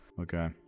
Okay